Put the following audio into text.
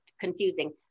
confusing